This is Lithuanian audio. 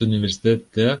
universitete